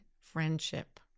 friendship